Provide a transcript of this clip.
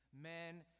men